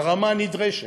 ברמה הנדרשת,